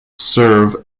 serve